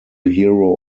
hero